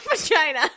vagina